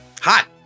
Hot